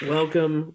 Welcome